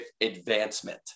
advancement